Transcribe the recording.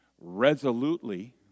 resolutely